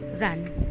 run